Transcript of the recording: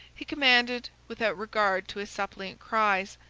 he commanded, without regard to his suppliant cries,